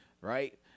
right